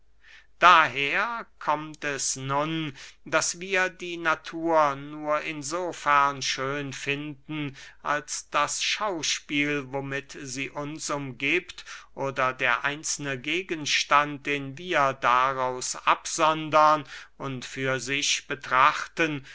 daher kommt es nun daß wir die natur nur in so fern schön finden als das schauspiel womit sie uns umgiebt oder der einzelne gegenstand den wir daraus absondern und für sich betrachten